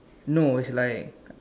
no it's like